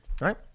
right